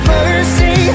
Mercy